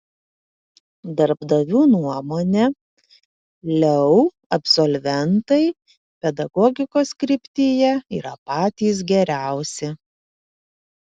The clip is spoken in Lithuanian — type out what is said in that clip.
darbdavių nuomone leu absolventai pedagogikos kryptyje yra patys geriausi